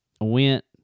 went